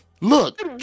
Look